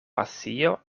pasio